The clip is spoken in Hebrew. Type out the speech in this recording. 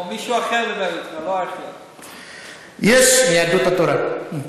או מישהו אחר לימד, מיהדות התורה.